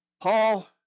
Paul